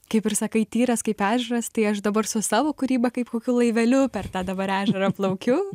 kaip ir sakai tyras kaip ežeras tai aš dabar su savo kūryba kaip kokiu laiveliu per tą dabar ežerą plaukiu